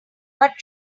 but